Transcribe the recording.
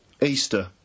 Easter